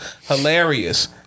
Hilarious